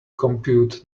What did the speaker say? compute